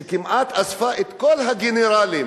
שכמעט אספה את כל הגנרלים